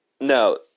no